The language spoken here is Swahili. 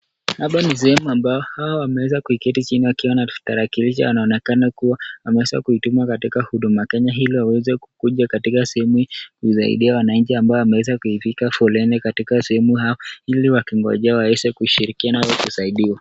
Hapa ni sehemu ambayo hao wameweza kuketi chini wakiwa na tarakilishi wanaonekana kua wamewezwa kutumwa katika Huduma Kenya iliwaweze kukuja katika sehemu hii kusaidia wananchi ambao wameweza kupiga foleni katika sehemu hao iliwakigojea waweze kushilikiana wakisaidiwa.